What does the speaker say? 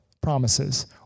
promises